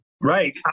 Right